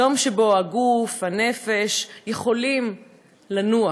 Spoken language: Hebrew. יום שבו הגוף והנפש יכולים לנוח,